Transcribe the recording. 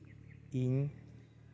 ᱤᱧ